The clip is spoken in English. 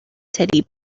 teddy